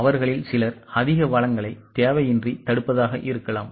அவர்களில் சிலர் அதிக வளங்களை தேவையின்றி தடுப்பதாக இருக்கலாம்